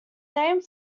named